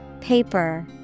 Paper